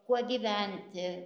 kuo gyventi